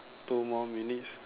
two more minutes